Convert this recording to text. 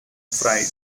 fried